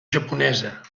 japonesa